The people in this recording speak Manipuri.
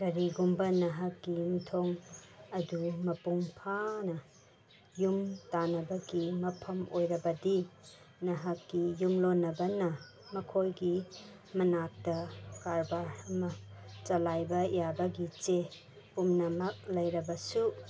ꯀꯔꯤꯒꯨꯝꯕ ꯅꯍꯥꯛꯀꯤ ꯌꯨꯝꯊꯣꯡ ꯑꯗꯨ ꯃꯄꯨꯡ ꯐꯥꯅ ꯌꯨꯝ ꯇꯥꯅꯕꯒꯤ ꯃꯐꯝ ꯑꯣꯏꯔꯕꯗꯤ ꯅꯍꯥꯛꯀꯤ ꯌꯨꯝꯂꯣꯟꯅꯕꯅ ꯃꯈꯣꯏꯒꯤ ꯃꯅꯥꯛꯇ ꯀꯔꯕꯥꯔ ꯑꯃ ꯆꯜꯂꯥꯏꯕ ꯌꯥꯕꯒꯤ ꯆꯦ ꯄꯨꯝꯅꯃꯛ ꯂꯩꯔꯕꯁꯨ